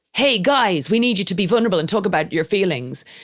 hey, guys, we need you to be vulnerable and talk about your feelings.